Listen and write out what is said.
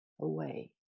away